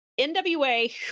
NWA